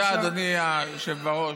תודה, אדוני היושב בראש.